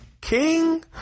King